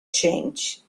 change